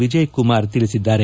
ವಿಜಯ್ಕುಮಾರ್ ತಿಳಿಸಿದ್ದಾರೆ